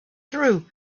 through